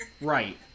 Right